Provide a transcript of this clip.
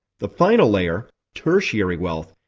the final layer, tertiary wealth,